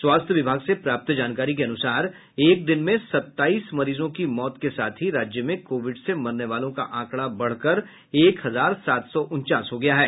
स्वास्थ्य विभाग से प्राप्त जानकारी के अन्सार एक दिन में सत्ताईस मरीजों की मौत के साथ ही राज्य में कोविड से मरने वालों का आंकड़ा बढ़कर एक हजार सात सौ उनचास हो गया है